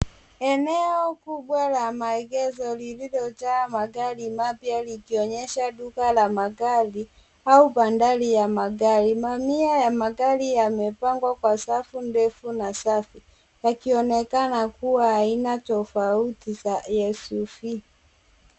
Eneo kubwa la maegesho lililojaa magari mapya likionyesha duka la magari au bandari ya magari. Mamia ya magari yamepangwa kwa safu ndefu na safi yakionekana kuwa aina tofauti za SUV.